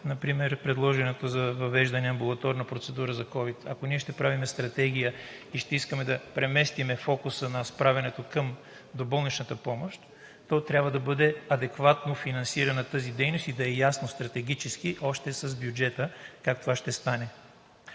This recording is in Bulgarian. например предложената за въвеждане на амбулаторна процедура за ковид. Ако ние ще правим стратегия и ще искаме да преместим фокуса на справянето към доболничната помощ, то трябва да бъде адекватно финансирана тази дейност и още с бюджета стратегически да е ясно как кова ще стане.